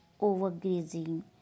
overgrazing